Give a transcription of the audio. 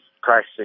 crisis